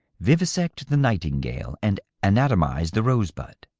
vivisect the nightingale and anatomize the rosebud.